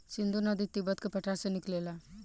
सिन्धु नदी तिब्बत के पठार से निकलेला